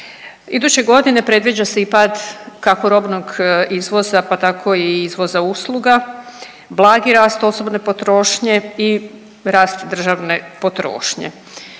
Iduće godine predviđa se i pad kako robnog izvoza, pa tako i izvoza usluga, blagi rast osobne potrošnje i rast državne potrošnje.